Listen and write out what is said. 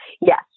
Yes